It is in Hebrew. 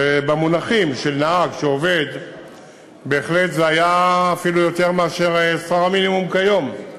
ובמונחים של נהג שעובד בהחלט זה היה אפילו יותר מאשר שכר המינימום כיום,